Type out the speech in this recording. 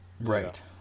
Right